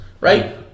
right